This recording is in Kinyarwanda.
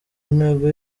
ntego